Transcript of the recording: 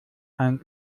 ein